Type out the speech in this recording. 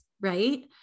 Right